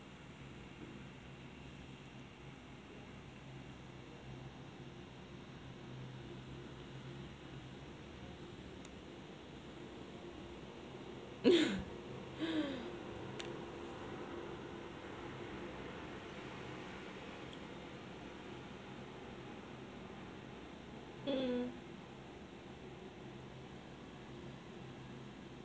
mm